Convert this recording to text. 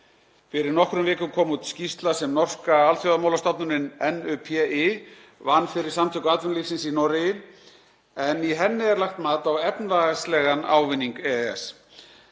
Fyrir nokkrum vikum kom út skýrsla sem norska alþjóðamálastofnunin NUPI vann fyrir samtök atvinnulífsins í Noregi en í henni er lagt mat á efnahagslegan ávinning EES.